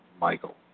Michael